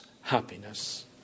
happiness